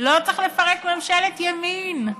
לא צריך לפרק ממשלת ימין.